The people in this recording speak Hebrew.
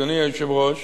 אדוני היושב-ראש,